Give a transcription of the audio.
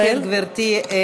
את צודקת, גברתי.